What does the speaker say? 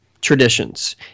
traditions